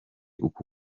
uku